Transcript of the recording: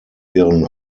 ihren